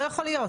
לא יכול להיות.